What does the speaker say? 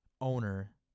owner